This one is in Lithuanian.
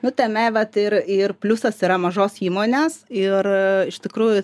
nu tame vat ir ir pliusas yra mažos įmonės ir iš tikrųjų